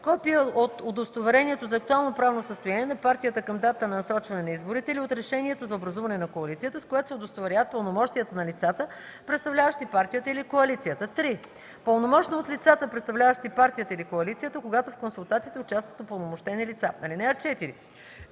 копие от удостоверението за актуално правно състояние на партията към датата на насрочване на изборите или от решението за образуване на коалицията, с което се удостоверяват пълномощията на лицата, представляващи партията или коалицията; 3. пълномощно от лицата, представляващи партията или коалицията, когато в консултациите участват упълномощени лица. (4) Към